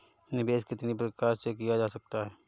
निवेश कितनी प्रकार से किया जा सकता है?